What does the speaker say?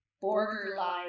borderline